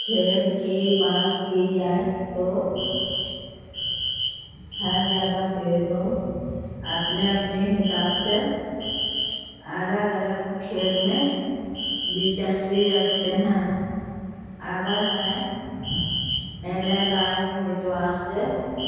کھیل کی بات کی جائے تو ہر جگہ کے لوگ اپنے اپنے حساب سے الگ الگ کھیل میں دلچسپی رکھتے ہیں اگر میں علاقائی اعتبار سے